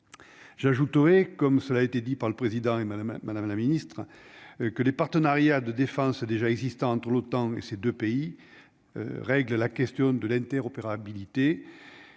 j'ajouterais, comme cela a été dit par le président et Madame Madame la Ministre, que les partenariats de défense déjà existant entre l'OTAN et ces 2 pays, règle la question de l'inter-opérabilité,